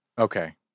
okay